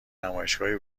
نمایشگاهی